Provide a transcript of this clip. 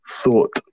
Thought